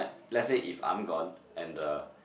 let's say if I'm gone and the